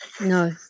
No